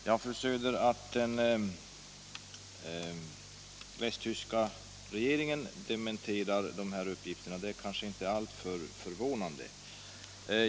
Herr talman! Att den västtyska regeringen dementerar uppgifterna är kanske inte alltför förvånande, fru Söder.